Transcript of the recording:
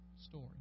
story